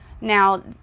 Now